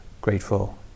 grateful